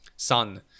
sun